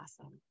awesome